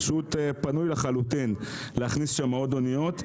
פשוט פנוי לחלוטין להכניס שם עוד אניות.